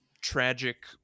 tragic